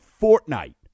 Fortnite